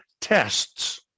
tests